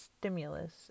stimulus